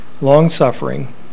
Long-suffering